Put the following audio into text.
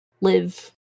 live